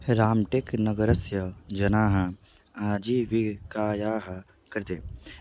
राम्टेक् नगरस्य जनाः आजीविकायाः कृते